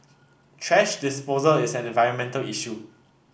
thrash disposal is an environmental issue